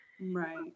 Right